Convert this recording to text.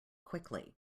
quickly